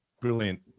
brilliant